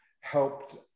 helped